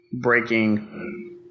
breaking